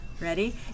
Ready